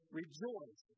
rejoice